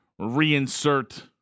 reinsert